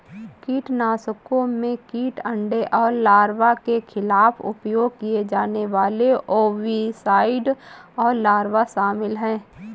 कीटनाशकों में कीट अंडे और लार्वा के खिलाफ उपयोग किए जाने वाले ओविसाइड और लार्वा शामिल हैं